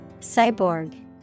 Cyborg